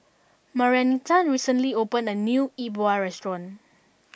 Marianita recently opened a new Yi Bua Restaurant